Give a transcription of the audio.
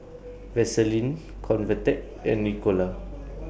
Vaselin Convatec and Ricola